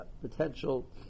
potential